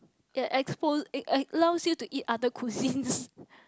ya expose eh it allows you to eat other cuisines